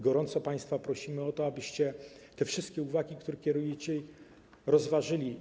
Gorąco państwa prosimy, abyście te wszystkie uwagi, które kierujecie, rozważyli.